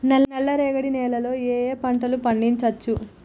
నల్లరేగడి నేల లో ఏ ఏ పంట లు పండించచ్చు?